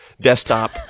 desktop